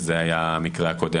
שזה היה המקרה הקודם.